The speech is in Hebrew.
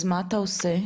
אז מה אתה עושה?